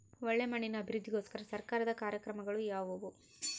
ಒಳ್ಳೆ ಮಣ್ಣಿನ ಅಭಿವೃದ್ಧಿಗೋಸ್ಕರ ಸರ್ಕಾರದ ಕಾರ್ಯಕ್ರಮಗಳು ಯಾವುವು?